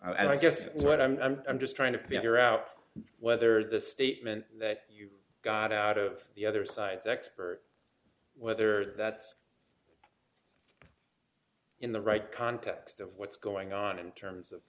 formations i guess what i'm i'm just trying to figure out whether the statement that you got out of the other side's expert whether that's in the right context of what's going on in terms of